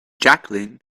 jacqueline